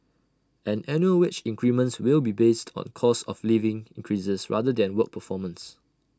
and annual wage increments will be based on cost of living increases rather than work performance